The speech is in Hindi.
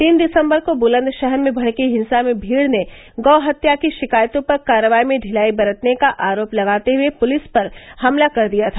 तीन दिसंबर को बुलंदशहर में भड़की हिंसा में भीड़ ने गौ हत्या की शिकायतों पर कार्रवाई में ढ़िलाई बरतने का आरोप लगाते हुए पुलिस पर हमला कर दिया था